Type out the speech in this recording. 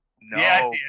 No